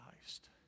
Christ